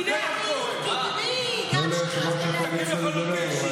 תנו ליושב-ראש הקואליציה לדבר.